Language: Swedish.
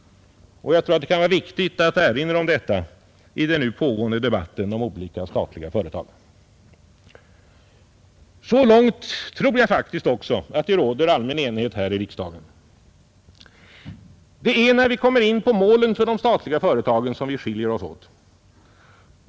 Jag tror det kan vara viktigt att erinra om detta i den nu pågående debatten om olika statliga företag. Så långt tror jag faktiskt också att det råder allmän enighet här i riksdagen. Det är när vi kommer in på målen för de statliga företagens verksamhet som vi skiljer oss åt.